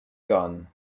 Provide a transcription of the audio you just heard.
gun